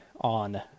on